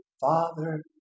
Father